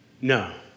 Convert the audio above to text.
No